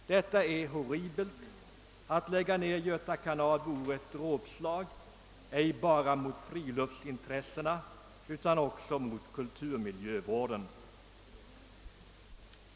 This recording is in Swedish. Det är horribelt. Att lägga ned Göta kanal vore ett dråpslag inte bara mot friluftsintressena utan också mot kulturmiljövården.